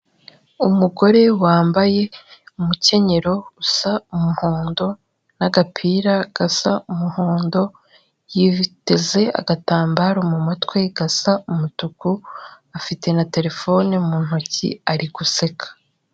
Umugore wambaye umukenyero usa umuhondo n'agapira gasa umuhondo, yiteze agatambaro mu mutwe gasa umutuku afite na terefone mu ntoki ari guseka.